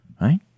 right